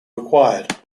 required